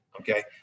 Okay